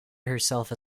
herself